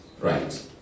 Right